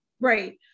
Right